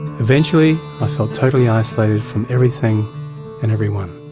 eventually i felt totally isolated from everything and everyone.